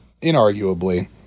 inarguably